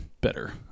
better